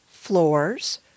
Floors